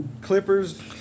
Clippers